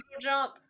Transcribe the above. Jump